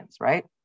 right